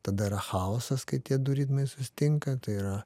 tada yra chaosas kai tie du ritmai susitinka tai yra